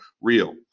real